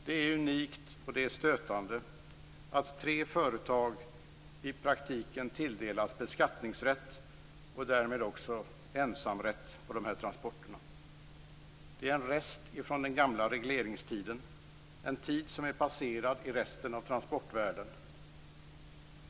Det är unikt och stötande att tre företag i praktiken tilldelas beskattningsrätt och därmed också ensamrätt på de här transporterna. Det är en rest från den gamla regleringstiden, en tid som är passerad i resten av transportvärlden.